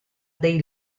dei